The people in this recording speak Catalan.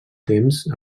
temps